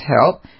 help